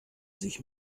sich